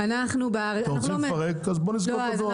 אתם רוצים לפרק, אז בואו נסגור את הדואר.